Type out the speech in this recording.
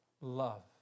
love